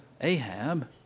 Ahab